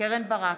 קרן ברק,